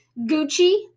Gucci